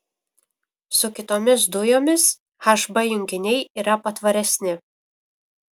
su kitomis dujomis hb junginiai yra patvaresni